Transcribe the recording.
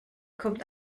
kommt